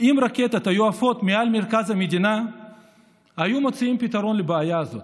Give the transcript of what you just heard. שאם הרקטות היו עפות מעל מרכז המדינה היו מוצאים פתרון לבעיה הזאת.